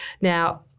Now